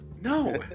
No